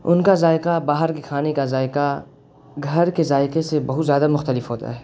ان کا ذائقہ باہر کے کھانے کا ذائقہ گھر کے ذائقے سے بہت زیادہ مختلف ہوتا ہے